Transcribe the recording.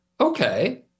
okay